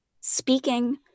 speaking